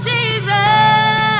Jesus